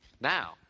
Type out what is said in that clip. Now